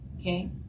okay